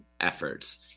efforts